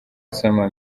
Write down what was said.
nsoma